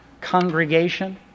congregation